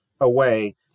away